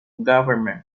government